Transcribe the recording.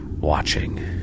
watching